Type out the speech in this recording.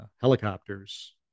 helicopters